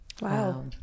Wow